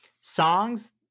songs